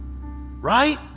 Right